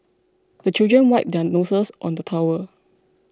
the children wipe their noses on the towel